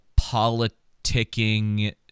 politicking